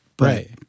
Right